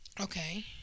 Okay